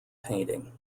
painting